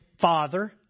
father